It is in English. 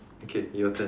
okay your turn